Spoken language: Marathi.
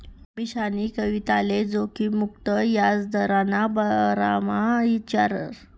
अमीशानी कविताले जोखिम मुक्त याजदरना बारामा ईचारं